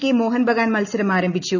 K Mohun Bagan മത്സരം ആരംഭിച്ചു